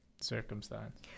circumstance